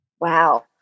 Wow